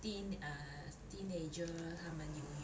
teen uh teenager 他们游泳